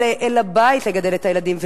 אל הבית, לגדל את הילדים.